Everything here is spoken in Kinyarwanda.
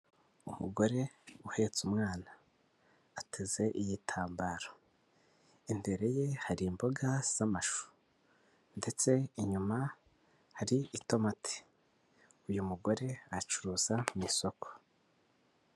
Umugore uhetse umwana ateze igitambaro imbere ye hari imboga z'amashu ndetse inyuma hari itomamati, uyu mugore acuruza mu isoko.